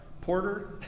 Porter